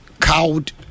cowed